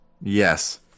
Yes